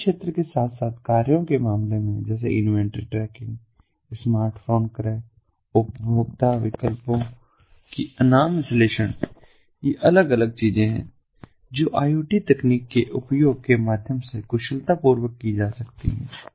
खुदरा क्षेत्र के साथ साथ कार्यों के मामले में जैसे इन्वेंट्री ट्रैकिंग स्मार्टफोन क्रय उपभोक्ता विकल्पों की अनाम विश्लेषण ये अलग अलग चीजें हैं जो आई ओ टी तकनीक के उपयोग के माध्यम से कुशलतापूर्वक की जा सकती हैं